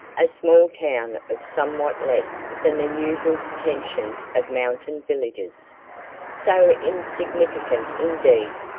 a small town of somewhat less than the usual pretensions of mountain villages so insignificant indeed,